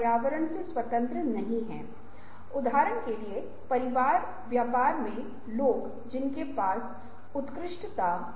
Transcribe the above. शायद कोई भी मौजूद नहीं होगा क्योंकि संगठनों की स्थिरता और लाभप्रदता के लिए निरंतर नवाचारों की आवश्यकता है